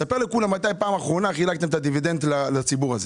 ספר לכולם מתי פעם אחרונה חילקתם את הדיבידנד לציבור הזה.